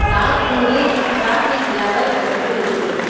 நாக்பூரில் traffic level எப்படி இருக்குது